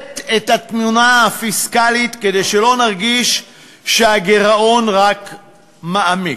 את התמונה הפיסקלית כדי שלא נרגיש שהגירעון רק מעמיק.